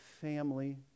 family